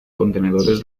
contenedores